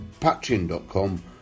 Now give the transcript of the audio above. patreon.com